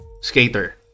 skater